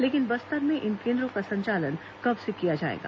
लेकिन बस्तर में इन केन्द्रों का संचालन कब से किया जाएगा